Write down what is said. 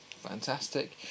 Fantastic